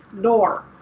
door